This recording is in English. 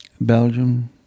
Belgium